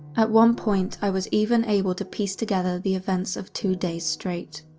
at one point i was even able to piece together the events of two days straight.